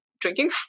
drinking